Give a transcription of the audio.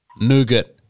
nougat